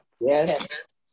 Yes